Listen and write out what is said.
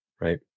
Right